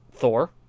Thor